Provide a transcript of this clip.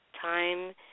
Time